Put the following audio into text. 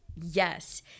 Yes